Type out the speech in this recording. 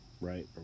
right